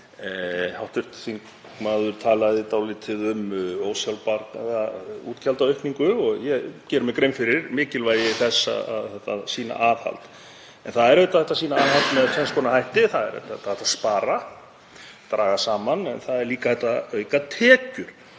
Hv. þingmaður talaði dálítið um ósjálfbæra útgjaldaaukningu og ég geri mér grein fyrir mikilvægi þess að sýna aðhald. En það er auðvitað að hægt að sýna aðhald með tvenns konar hætti. Það er hægt að spara, draga saman, en það er líka hægt að auka tekjur.